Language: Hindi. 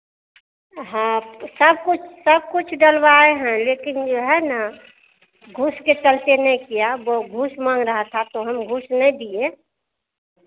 हाँ सब कुछ सब कुछ डलवाए हैं लेकिन जो है ना घूस के चलते नहीं किया वो घूस माँग रहा था तो हम घूस नहीं दिए